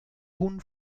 kun